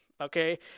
Okay